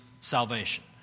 salvation